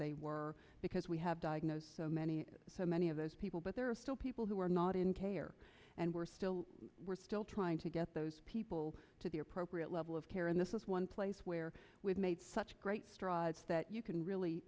they were because we have diagnosed so many so many of those people but there are still people who are not in care and we're still we're still trying to get those people to the appropriate level of care and this is one place where we've made such great strides that you can really